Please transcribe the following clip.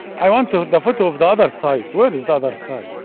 i want to, the photo of the other side. where is the other side?